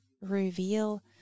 reveal